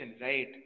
right